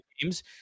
games